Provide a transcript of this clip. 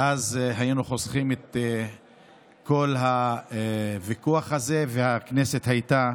ואז היינו חוסכים את כל הוויכוח הזה והכנסת הייתה